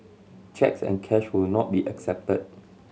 cheques and cash will not be accepted